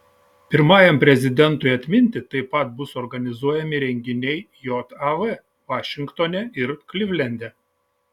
pirmajam prezidentui atminti taip pat bus organizuojami renginiai jav vašingtone ir klivlende